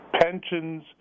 pensions